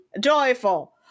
joyful